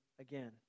again